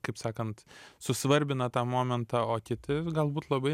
kaip sakant susvarbina tą momentą o kiti galbūt labai